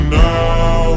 now